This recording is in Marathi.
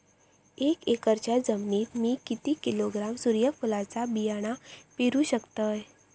एक एकरच्या जमिनीत मी किती किलोग्रॅम सूर्यफुलचा बियाणा पेरु शकतय?